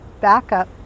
backup